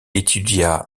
étudia